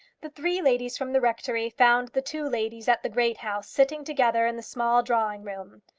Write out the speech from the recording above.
the three ladies from the rectory found the two ladies at the great house sitting together in the small drawing-room.